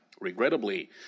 regrettably